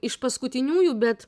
iš paskutiniųjų bet